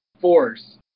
force